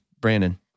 Brandon